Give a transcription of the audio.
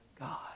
God